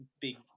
big